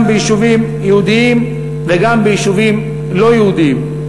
ביישובים יהודיים וגם ביישובים לא-יהודיים.